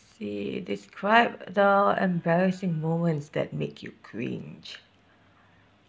say describe the embarrassing moments that make you cringe